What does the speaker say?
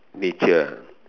nature